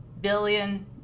billion